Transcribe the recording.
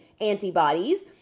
antibodies